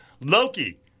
loki